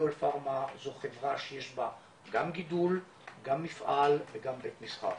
זו חברה שיש בה גם גידול גם מפעל וגם בית מסחר.